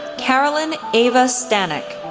carolyn eva stanek,